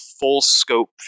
full-scope